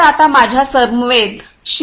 तर आता माझ्यासमवेत श्री